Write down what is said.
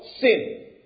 Sin